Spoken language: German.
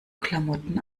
klamotten